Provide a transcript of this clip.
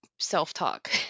self-talk